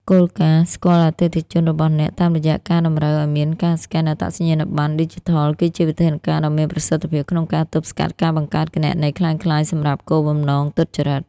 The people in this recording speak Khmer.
គោលការណ៍ "ស្គាល់អតិថិជនរបស់អ្នក" តាមរយៈការតម្រូវឱ្យមានការស្កែនអត្តសញ្ញាណប័ណ្ណឌីជីថល គឺជាវិធានការដ៏មានប្រសិទ្ធភាពក្នុងការទប់ស្កាត់ការបង្កើតគណនីក្លែងក្លាយសម្រាប់គោលបំណងទុច្ចរិត។